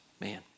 man